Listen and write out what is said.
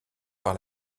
par